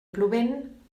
plovent